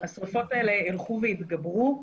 השריפות האלה ילכו ויתגברו.